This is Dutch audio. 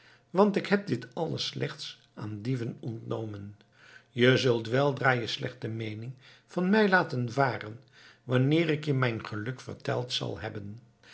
want ik heb dit alles slechts aan dieven ontnomen je zult weldra je slechte meening van mij laten varen wanneer ik je mijn geluk verteld zal hebben